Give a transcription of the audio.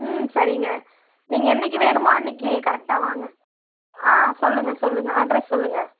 ம் சரிங்க நீங்கள் என்னைக்கு வேணுமோ அன்னைக்கு கரெக்டாக வாங்க ஆ சொல்லுங்கள் சொல்லுங்கள் அட்ரெஸ் சொல்லுங்கள்